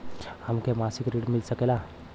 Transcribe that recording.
हमके मासिक ऋण मिल सकेला?